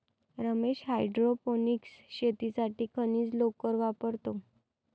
Ramesh hydroponics शेतीसाठी खनिज लोकर वापरतो